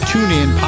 TuneIn